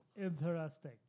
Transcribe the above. Interesting